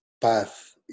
path